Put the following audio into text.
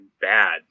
bad